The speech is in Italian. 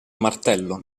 martello